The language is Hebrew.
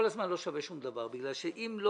כל הזמן לא שווה שום דבר כי אם לא